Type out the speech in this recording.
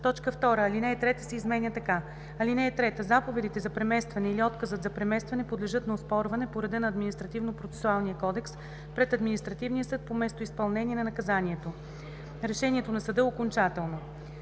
2. Алинея 3 се изменя така: „(3) Заповедите за преместване или отказът за преместване подлежат на оспорване по реда на Административнопроцесуалния кодекс пред административния съд по местоизпълнение на наказанието. Решението на съда е окончателно.“